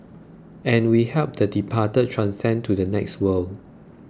and we help the departed transcend to the next world